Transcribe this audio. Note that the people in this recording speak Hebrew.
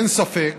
אין ספק